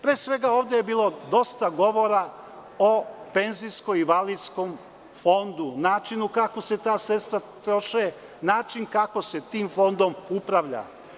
Pre svega ovde je bilo dosta govora o Penzijsko-invalidskom fondu, načinu kako se ta sredstva troše, načinu kako se tim fondom upravlja.